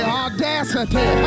audacity